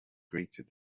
greeted